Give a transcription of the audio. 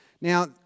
Now